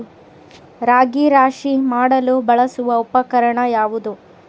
ರಾಗಿ ರಾಶಿ ಮಾಡಲು ಬಳಸುವ ಉಪಕರಣ ಯಾವುದು?